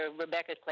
Rebecca